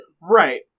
right